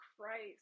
Christ